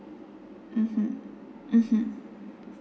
mmhmm mmhmm